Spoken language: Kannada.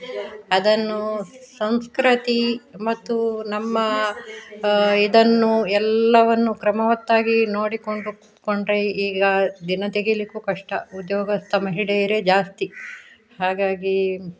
ಅದನ್ನು ಸಂಸ್ಕೃತಿ ಮತ್ತು ನಮ್ಮ ಇದನ್ನು ಎಲ್ಲವನ್ನೂ ಕ್ರಮವತ್ತಾಗಿ ನೋಡಿಕೊಂಡು ಕೊಂಡರೆ ಈಗ ದಿನ ತೆಗಿಲಿಕ್ಕು ಕಷ್ಟ ಉದ್ಯೋಗಸ್ಥ ಮಹಿಳೆಯರೇ ಜಾಸ್ತಿ ಹಾಗಾಗಿ